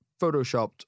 photoshopped